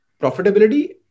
profitability